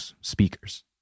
speakers